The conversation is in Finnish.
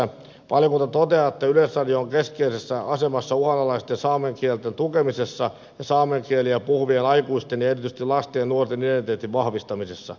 valiokunta toteaa että yleisradio on keskeisessä asemassa uhanalaisten saamen kielten tukemisessa ja saamen kieliä puhuvien aikuisten ja erityisesti lasten ja nuorten identiteetin vahvistamisessa